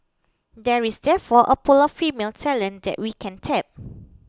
there is therefore a pool of female talent that we can tap